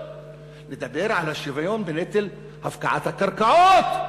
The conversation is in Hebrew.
לדבר על השוויון בנטל הפקעת הקרקעות.